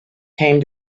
came